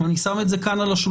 אני שם את זה על השולחן.